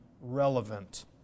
relevant